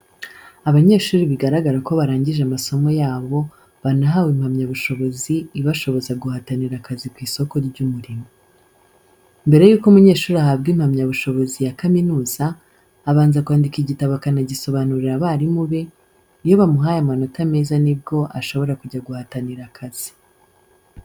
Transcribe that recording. Abanyeshuri bigaragara ko barangije amasomo yabo banahawe impamyabushobozi ibashoboza guhatanira akazi ku isoko ry'umurimo. Mbere y'uko umunyeshuri ahabwa impamyabushobozi ya kaminuza, abanza kwandika igitabo akanagisobanurira abarimu be, iyo bamuhaye amanota meza nibwo ashobora kujya guhatanira akazi.